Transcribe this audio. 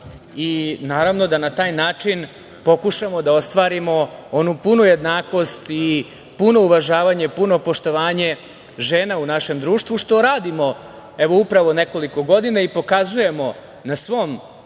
prava i da na taj način pokušamo da ostvarimo onu punu jednakost i puno uvažavanje, puno poštovanje žena u našem društvu, što radimo evo upravo, nekoliko godina i pokazujemo na svom